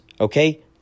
Okay